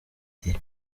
igihe